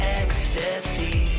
ecstasy